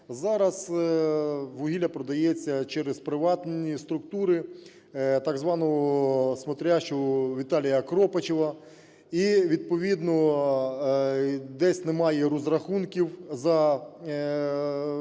Зараз вугілля продається через приватні структури так званого смотрящего Віталія Кропачева, і відповідно десь немає розрахунків за це вугілля